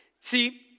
See